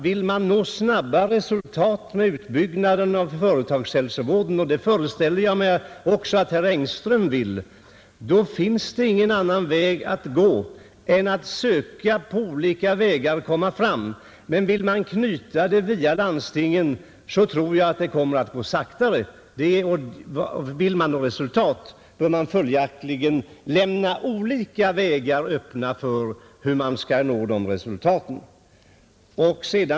Vill man nå snabba resultat med utbyggnaden av företagshälsovården — och det föreställer jag mig att också herr Engström vill — får man söka sig fram på olika vägar. Knyter man företagshälsovården till landstingen så tror jag att det kommer att gå saktare. Vill man nå resultat bör man följaktligen lämna olika vägar öppna.